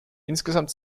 insgesamt